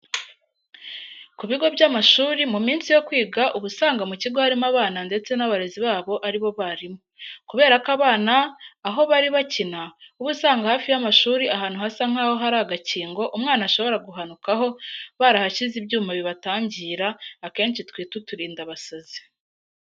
Kubigo by'amashuri, muminsi yo kwiga uba usanga mukigo harimo abana ndetse n'abarezi babo aribo balimu. kuberako abana aho bari bakina, uba usanga hafi y'amashuli ahantu hasa nkaho hari agakingo umwana ashobora guhanukaho barahashyize ibyuma bibatangira akenshi twita uturindabasazi.